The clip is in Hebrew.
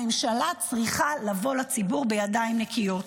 הממשלה צריכה לבוא לציבור בידיים נקיות.